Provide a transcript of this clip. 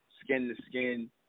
skin-to-skin